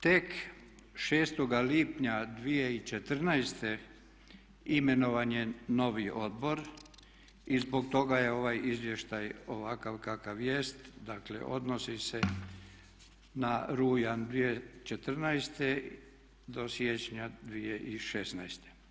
Tek 6. lipnja 2014. imenovan je novi odbor iz zbog toga je ovaj izvještaj ovakav kakav jest, dakle odnosi se na rujan 2014. do siječnja 2016.